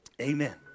Amen